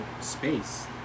space